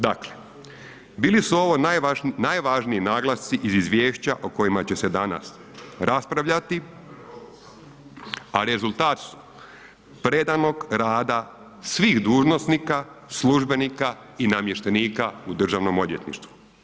Dakle, bili ovo najvažniji naglasci iz izvješća o kojima će se danas raspravljati, a rezultat predanog rada svih dužnosnika, službenika i namještenika u državnom odvjetništvu.